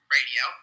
Radio